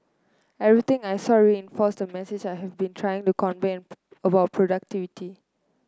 everything I saw reinforces the message I have been trying to convey about productivity